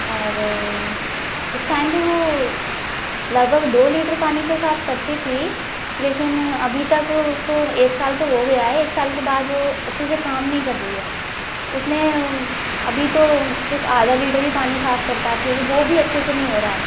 और उस टाइम पर वो लगभग दो लीटर पानी तो साफ़ करती थी लेकिन अभी तक उसको एक साल तो हो गया है एक साल के बाद वह अच्छे से काम नहीं कर रही है उसने अभी तो सिर्फ़ आधा लीटर ही पानी साफ़ कर पाती है वह भी अच्छे से नहीं हो रहा है